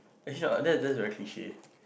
actually not that that is very cliche